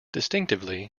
distinctively